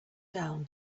down